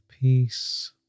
peace